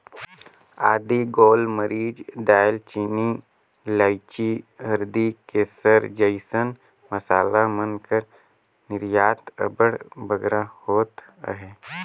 आदी, गोल मरीच, दाएल चीनी, लाइची, हरदी, केसर जइसन मसाला मन कर निरयात अब्बड़ बगरा होत अहे